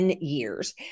years